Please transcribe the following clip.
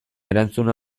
erantzuna